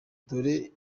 dore